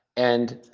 and